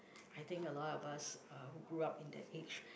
I think a lot of us uh grow up in the age